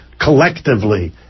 collectively